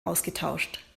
ausgetauscht